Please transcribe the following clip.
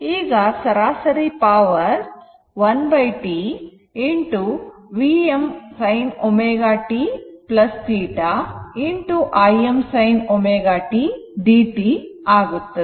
ಈಗ ಸರಾಸರಿ power 1T Vm sin ω t θ Im sin ω t dt ಆಗುತ್ತದೆ